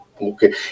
Okay